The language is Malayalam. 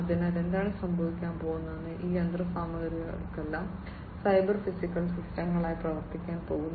അതിനാൽ എന്താണ് സംഭവിക്കാൻ പോകുന്നത് ഈ യന്ത്രസാമഗ്രികളെല്ലാം സൈബർ ഫിസിക്കൽ സിസ്റ്റങ്ങളായി പ്രവർത്തിക്കാൻ പോകുന്നു